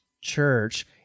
church